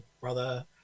brother